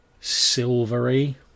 silvery